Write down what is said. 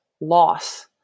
loss